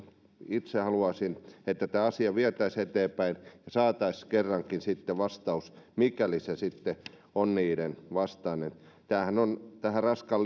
itse haluaisin että tämä asia vietäisiin eteenpäin ja saataisiin sitten kerrankin vastaus mikäli se on niiden vastainen tämähän on tähän raskaan